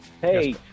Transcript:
Hey